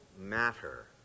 matter